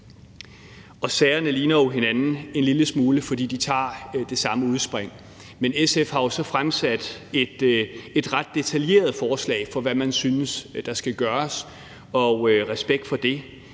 Sagerne ligner jo hinanden en lille smule, fordi de tager udspring i det samme. Men SF har jo så fremsat et ret detaljeret forslag om, hvad man synes der skal gøres, og respekt for det.